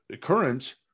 current